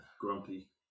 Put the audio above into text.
grumpy